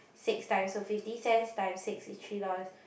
six times so fifty cents times six is three dollars